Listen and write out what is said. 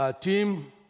team